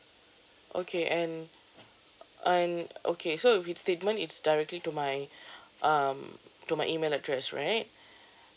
okay and and okay so if it's statement it's directly to my um to my email address right